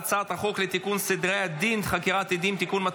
ההצעה להעביר את הצעת חוק לתיקון סדרי הדין (חקירת עדים) (תיקון,